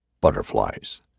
Butterflies